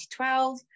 2012